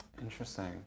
interesting